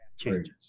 changes